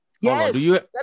Yes